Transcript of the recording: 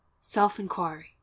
Self-Inquiry